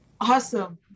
Awesome